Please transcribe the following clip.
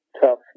tough